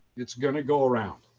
it's going to go around.